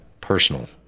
personal